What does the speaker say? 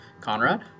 Conrad